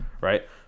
right